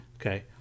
Okay